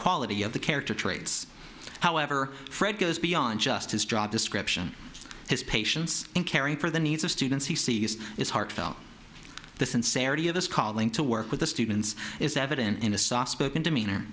quality of the character traits however fred goes beyond just his job description his patience and caring for the needs of students he sees is heartfelt the sincerity of this calling to work with the students is evident in a soft spoken demeanor